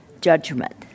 judgment